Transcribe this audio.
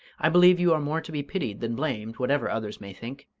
i believe you are more to be pitied than blamed, whatever others may think.